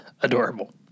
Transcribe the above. adorable